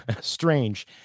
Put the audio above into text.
strange